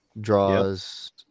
Draws